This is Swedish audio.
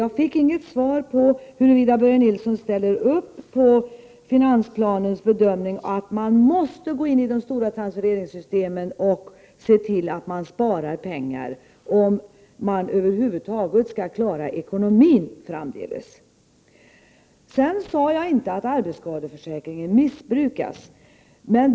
Jag fick inget svar huruvida Börje Nilsson ställer upp på finansplanens bedömning att man måste gå in i de stora transfereringssystemen och se till att man sparar pengar, om man över huvud taget skall klara ekonomin framdeles. Jag sade inte att arbetsskadeförsäkringen missbrukas.